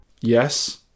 Yes